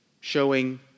showing